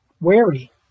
wary